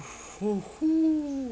!woohoo!